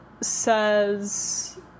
says